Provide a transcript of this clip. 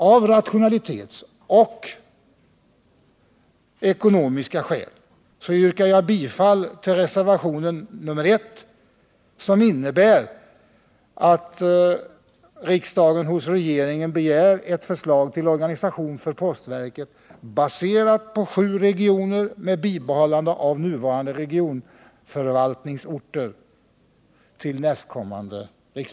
Av rationalitetsskäl och ekonomiska skäl yrkar jag bifall till reservationen 1, som innebär att riksdagen hos regeringen begär ett förslag till organisation för postverket, baserat på sju regioner med bibehållande av nuvarande regionförvaltningsorter, till nästkommande riksmöte.